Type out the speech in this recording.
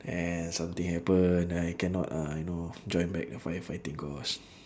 and something happen I cannot uh I know join back the firefighting course